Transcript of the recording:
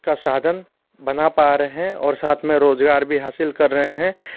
का साधन बना पा रहे हैं और साथ में रोजगार भी हासिल कर रहे हैं